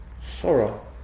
Sorrow